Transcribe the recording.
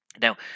Now